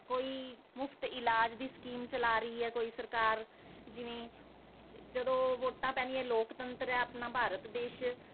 ਕੋਈ ਮੁਫਤ ਇਲਾਜ ਦੀ ਸਕੀਮ ਚਲਾ ਰਹੀ ਹੈ ਕੋਈ ਸਰਕਾਰ ਜਿਵੇਂ ਜਦੋਂ ਵੋਟਾਂ ਪੈਂਦੀਆਂ ਲੋਕਤੰਤਰ ਹੈ ਆਪਣਾ ਭਾਰਤ ਦੇਸ਼